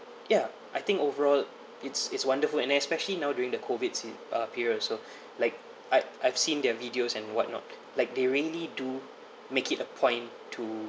ya I think overall it's it's wonderful and especially now during the COVIDs in uh period also like I I've seen their videos and whatnot like they really do make it a point to